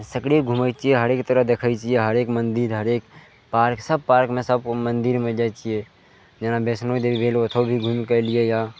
सकरी घुमय छियै हरेक तरह देखय छियै हरेक मन्दिर हरेक पार्क सब पार्कमे सब ओ मन्दिरमे जाइ छियै जेना वैष्णो देवी भेल ओसब भी घुमिके अयलियै यऽ